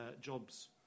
jobs